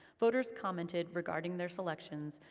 voters commented regarding their selections,